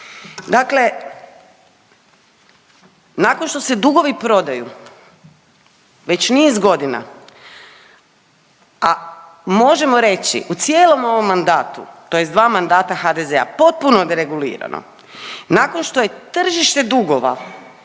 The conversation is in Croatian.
Dakle nakon što se dugovi prodaju već niz godina, a možemo reći u cijelom ovom mandatu tj. dva mandata HDZ-a potpuno deregulirano, nakon što je tržište dugova